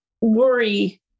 worry